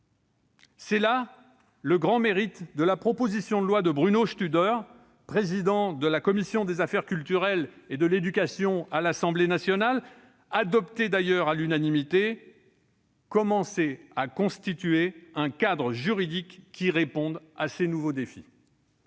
Le grand mérite de la proposition de loi de Bruno Studer, président de la commission des affaires culturelles et de l'éducation de l'Assemblée nationale, qui a été adoptée à l'unanimité par les députés, est de commencer à constituer un cadre juridique qui réponde à ces nouveaux défis.